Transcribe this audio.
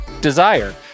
Desire